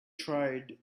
tried